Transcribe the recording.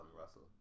Russell